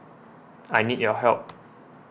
I need your help